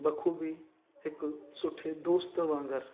बख़ूबी हिकु सुठे दोस्तु वागुंरु